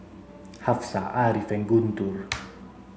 Hafsa Ariff Guntur